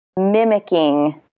mimicking